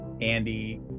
Andy